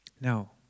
Now